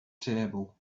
table